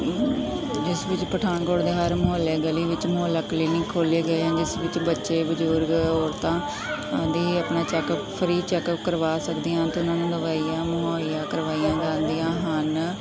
ਜਿਸ ਵਿੱਚ ਪਠਾਨਕੋਟ ਦੇ ਹਰ ਮੁਹੱਲੇ ਗਲੀ ਵਿੱਚ ਮੁਹੱਲਾ ਕਲੀਨਿਕ ਖੋਲ੍ਹੇ ਗਏ ਹਨ ਜਿਸ ਵਿੱਚ ਬੱਚੇ ਬਜ਼ੁਰਗ ਔਰਤਾਂ ਦੀ ਆਪਣਾ ਚੈੱਕਅਪ ਫਰੀ ਚੈੱਕਅਪ ਕਰਵਾ ਸਕਦੀਆਂ ਅਤੇ ਉਹਨਾਂ ਨੂੰ ਦਵਾਈਆਂ ਮੁਹੱਈਆ ਕਰਵਾਈਆਂ ਜਾਂਦੀਆਂ ਹਨ